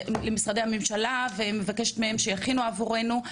הממשלה ומבקשת מהם שיכינו דברים עבורנו,